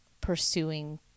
pursuing